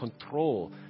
control